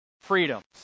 freedoms